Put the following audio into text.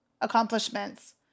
accomplishments